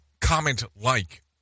comment-like